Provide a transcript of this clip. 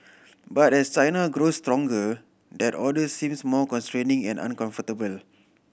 but as China grows stronger that order seems more constraining and uncomfortable